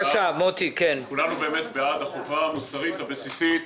כולנו באמת בעד החובה המוסרית הבסיסית,